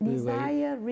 Desire